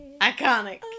Iconic